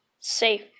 safe